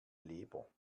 leber